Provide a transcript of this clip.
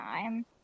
time